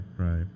Right